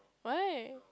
why